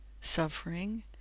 suffering